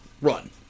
run